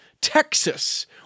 Texas